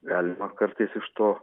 galima kartais iš to